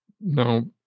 now